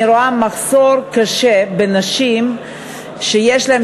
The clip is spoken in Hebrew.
אני רואה מחסור קשה בנשים שיש להן